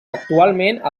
actualment